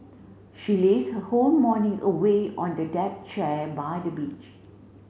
she lazed her whole morning away on the deck chair by the beach